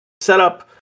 setup